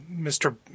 Mr